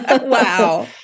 Wow